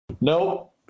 Nope